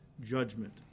judgment